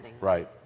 Right